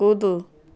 कूदो